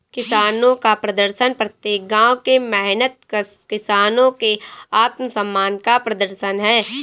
किसानों का प्रदर्शन प्रत्येक गांव के मेहनतकश किसानों के आत्मसम्मान का प्रदर्शन है